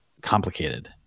complicated